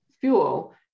fuel